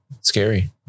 scary